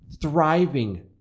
thriving